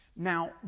Now